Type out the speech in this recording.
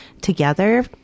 together